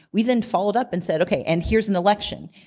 we then followed up and said, okay. and heres an election.